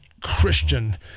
Christian